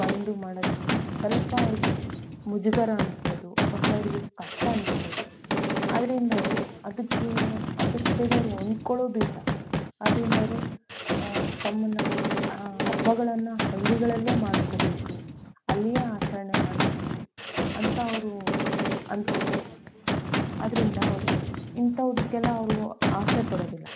ಬಂದು ಮಾಡೋದಕ್ಕೆ ಸ್ವಲ್ಪ ಅವ್ರಿಗೆ ಮುಜುಗರ ಅನ್ನಿಸ್ಬೋದು ಮತ್ತು ಅವರಿಗೆ ಕಷ್ಟ ಅನ್ನಿಸ್ಬೋದು ಆದ್ದರಿಂದ ಅವರು ಅದಕ್ಕೆ ಆದಷ್ಟು ಬೇಗ ಅವ್ರು ಹೊಂದ್ಕೊಳೋದು ಇಲ್ಲ ಆದ್ದರಿಂದ ಅವರು ತಮ್ಮನ್ನು ಹಬ್ಬಗಳನ್ನ ಹಳ್ಳಿಗಳಲ್ಲೇ ಮಾಡ್ಕೋಬೇಕು ಅಲ್ಲಿಯ ಆಚರಣೆ ಮಾಡಬೇಕು ಅಂತ ಅವರು ಅಂದ್ಕೋತಾರೆ ಆದ್ದರಿಂದ ಅವರು ಇಂಥವುದಕ್ಕೆಲ್ಲ ಅವರು ಆಸೆ ಪಡೋದಿಲ್ಲ